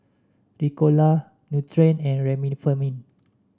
Ricola Nutren and Remifemin